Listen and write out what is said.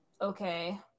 okay